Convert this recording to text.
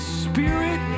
spirit